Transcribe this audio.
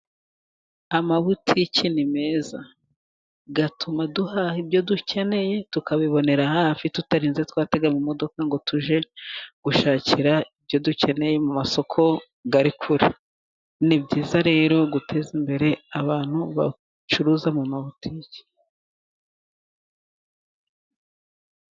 Amabutike ni meza atuma duhaha ibyo dukeneye tukabibonera hafi tutarinze twatega imodoka ngo tujye gushakira ibyo dukeneye mu masoko ari kure. Ni byiza rero guteza imbere abantu bacuruza mu mabutike.